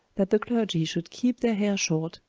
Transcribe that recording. that the clergy should keep their hair short,